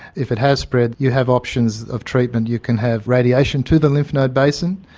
if it has spread you have options of treatment, you can have radiation to the lymph node basin,